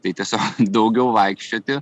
tai tiesiog daugiau vaikščioti